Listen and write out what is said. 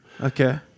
Okay